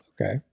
Okay